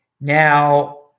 Now